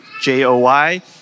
J-O-Y